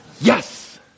Yes